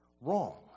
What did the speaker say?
wrong